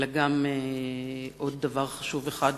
אלא גם עוד עניין קריטי במיוחד,